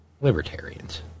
Libertarians